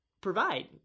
provide